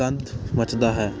ਗੰਦ ਮੱਚਦਾ ਹੈ